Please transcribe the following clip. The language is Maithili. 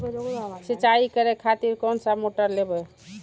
सीचाई करें खातिर कोन सा मोटर लेबे?